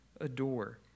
adore